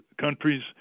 countries